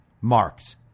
marked